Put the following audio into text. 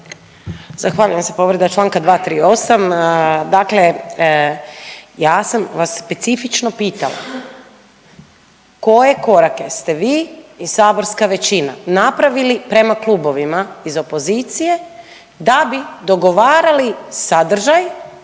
Zahvaljujem se. Povreda čl. 238., dakle ja sam vas specifično pitala, koje korake ste vi i saborska većina napravili prema klubovima iz opozicije da bi dogovarali sadržaj